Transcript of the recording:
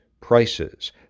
prices